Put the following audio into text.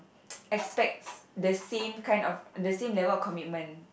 expects the same kind of the same level of commitment